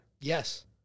Yes